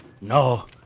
No